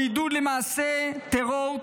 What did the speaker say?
או עידוד למעשה טרור,